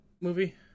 movie